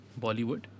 Bollywood